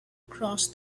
cross